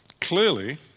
Clearly